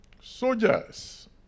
soldiers